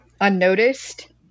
unnoticed